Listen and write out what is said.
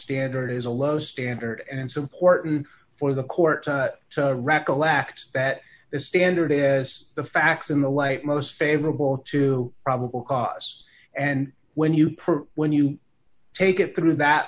standard is a low standard and it's important for the court to recollect that standard as the facts in the light most favorable to probable cause and when you prove when you take it through that